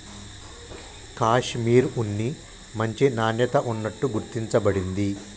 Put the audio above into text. కాషిమిర్ ఉన్ని మంచి నాణ్యత ఉన్నట్టు గుర్తించ బడింది